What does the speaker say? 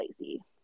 lazy